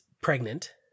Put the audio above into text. pregnant